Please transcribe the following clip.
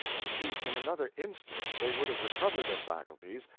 you see, in another instant they would have recovered their faculties,